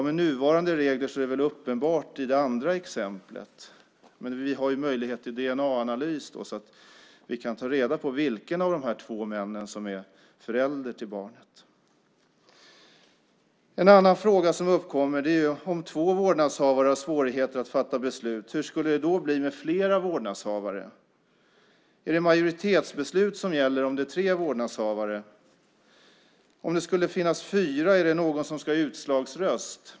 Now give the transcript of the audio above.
Med nuvarande regler är det väl uppenbart hur det är i det andra exemplet. Vi har ju möjligheter till dna-analys och kan ta reda på vilken av de två männen som är förälder till barnet. En annan fråga som uppkommer är: Om två vuxna vårdnadshavare har svårt att fatta beslut, hur skulle det då bli med flera vårdnadshavare? Är det majoritetsbeslut som gäller om det är tre vårdnadshavare? Om det skulle finnas fyra, är det då någon som ska ha utslagsröst?